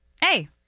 hey